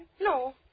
No